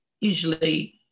usually